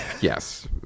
Yes